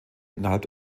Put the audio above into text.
innerhalb